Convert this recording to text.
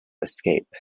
escape